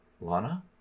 Lana